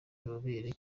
ububobere